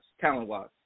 talent-wise